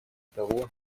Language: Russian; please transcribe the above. того